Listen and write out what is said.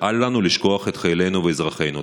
אל לנו לשכוח את חיילינו ואזרחינו.